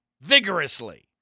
vigorously